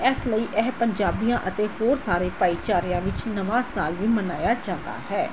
ਇਸ ਲਈ ਇਹ ਪੰਜਾਬੀਆਂ ਅਤੇ ਹੋਰ ਸਾਰੇ ਭਾਈਚਾਰਿਆਂ ਵਿੱਚ ਨਵਾਂ ਸਾਲ ਵੀ ਮਨਾਇਆ ਜਾਂਦਾ ਹੈ